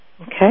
Okay